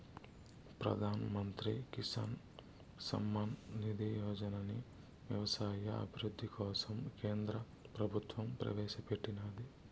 ప్రధాన్ మంత్రి కిసాన్ సమ్మాన్ నిధి యోజనని వ్యవసాయ అభివృద్ధి కోసం కేంద్ర ప్రభుత్వం ప్రవేశాపెట్టినాది